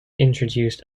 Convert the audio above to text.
introduced